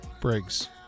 Briggs